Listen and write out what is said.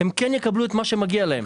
הם כן יקבלו את מה שמגיע להם.